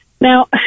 Now